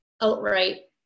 outright